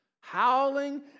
Howling